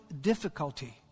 difficulty